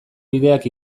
bideak